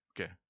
Okay